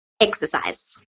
Exercise